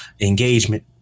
engagement